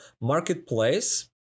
Marketplace